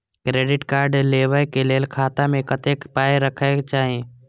Credit card लेबै के लेल खाता मे कतेक पाय राखै के चाही?